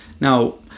Now